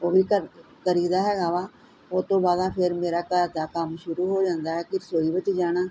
ਉਹ ਵੀ ਕਰ ਕਰੀ ਦਾ ਹੈਗਾ ਵਾ ਉਹਤੋਂ ਬਾਦਾਂ ਫੇਰ ਮੇਰਾ ਘਰ ਦਾ ਕੰਮ ਸ਼ੁਰੂ ਹੋ ਜਾਂਦਾ ਹੈ ਕੀ ਰਸੋਈ ਵਿੱਚ ਜਾਣਾ